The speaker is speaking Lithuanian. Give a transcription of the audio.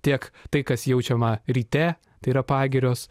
tiek tai kas jaučiama ryte tai yra pagirios